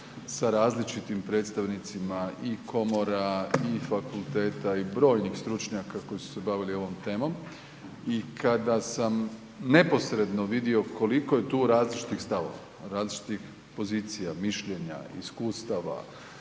sa različitim predstavnicima i komora i fakulteta i brojnih stručnjaka koji su se bavili ovom temom i kada sam neposredno vidio koliko je tu različitih stavova, različitih pozicija, mišljenja, iskustava,